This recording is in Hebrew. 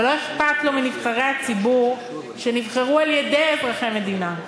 ולא אכפת לו מנבחרי הציבור שנבחרו על-ידי אזרחי המדינה.